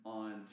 on